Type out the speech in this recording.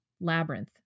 labyrinth